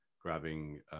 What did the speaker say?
grabbing